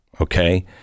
Okay